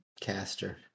caster